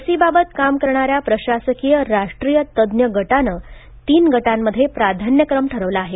लशीबाबत काम करणाऱ्या प्रशासकीय राष्ट्रीय तज्ञ गटानं तीन गटांमध्ये प्राधान्यक्रम ठरवला आहे